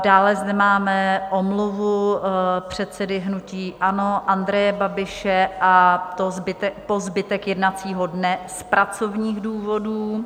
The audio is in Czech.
Dále zde máme omluvu předsedy hnutí ANO Andreje Babiše, a to po zbytek jednacího dne z pracovních důvodů.